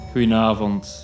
Goedenavond